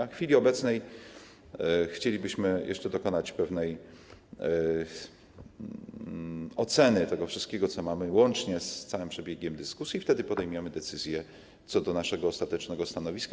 W chwili obecnej chcielibyśmy jeszcze dokonać pewnej oceny tego wszystkiego, co mamy, łącznie z całym przebiegiem dyskusji, wtedy podejmiemy decyzje co do naszego ostatecznego stanowiska.